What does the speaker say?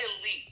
elite